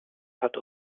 hat